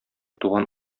туган